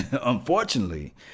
unfortunately